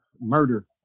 Murder